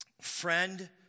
friend